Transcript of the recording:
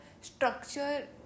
structure